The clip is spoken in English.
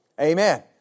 Amen